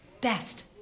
best